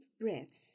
breaths